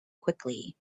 quickly